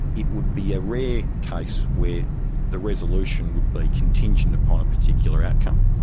it would be a rare case where the resolution would be contingent upon a particular outcome,